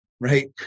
right